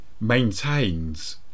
maintains